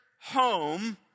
home